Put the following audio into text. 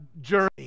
journey